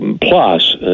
Plus